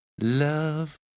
love